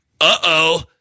Uh-oh